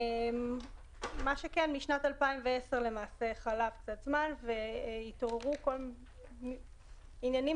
משנת 2010 למעשה חלף קצת זמן והתעוררו עניינים